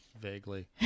vaguely